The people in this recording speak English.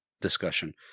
discussion